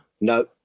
No